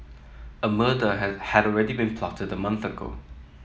a murder had had already been plotted a month ago